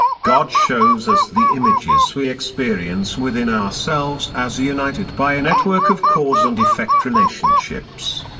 god shows us the images we experience within ourselves as united by a network of cause and effect relationships,